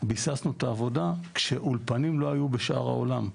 ביססנו את העבודה, כשאולפנים לא היו בשאר העולם,